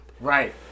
Right